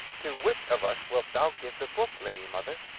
to which of us wilt thou give the book, lady mother?